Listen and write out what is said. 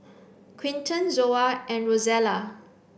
Quinton Zoa and Rozella